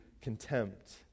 contempt